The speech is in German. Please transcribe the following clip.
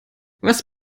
was